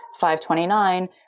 529